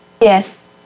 Yes